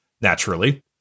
naturally